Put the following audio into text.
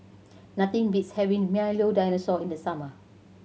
nothing beats having Milo Dinosaur in the summer